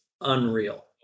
unreal